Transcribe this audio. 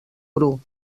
bru